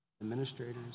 administrators